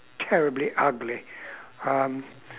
terribly ugly um